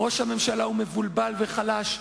ראש הממשלה מבולבל וחלש,